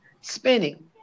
spinning